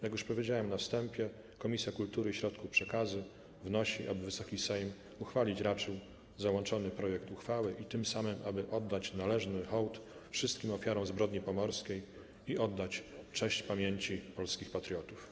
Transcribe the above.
Jak już powiedziałem na wstępie, Komisja Kultury i Środków Przekazu wnosi, aby Wysoki Sejm raczył przyjąć załączony projekt uchwały, aby tym samym oddał hołd należny wszystkim ofiarom zbrodni pomorskiej i oddał cześć pamięci polskich patriotów.